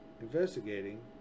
investigating